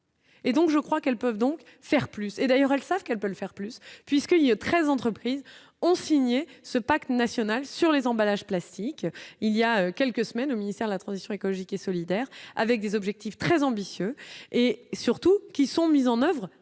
Et donc je crois qu'elles peuvent donc faire plus et d'ailleurs, elles savent qu'elles peuvent faire plus, puisque il y 13 entreprises ont signé ce pacte national sur les emballages plastiques, il y a quelques semaines au ministère de la transition écologique et solidaire avec des objectifs très ambitieux et surtout qui sont mises en oeuvre dès